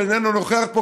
שאיננו נוכח פה,